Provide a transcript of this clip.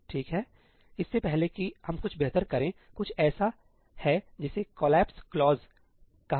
ठीक है इससे पहले कि हम कुछ बेहतर करें कुछ ऐसा है जिसे 'कॉलएप्स क्लोज' कहा जाता है